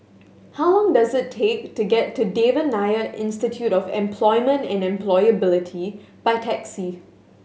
how long does it take to get to Devan Nair Institute of Employment and Employability by taxi